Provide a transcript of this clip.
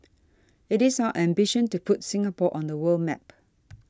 it is our ambition to put Singapore on the world map